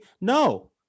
No